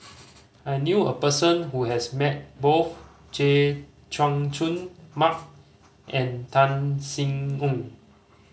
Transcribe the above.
I knew a person who has met both Chay Jung Jun Mark and Tan Sin Aun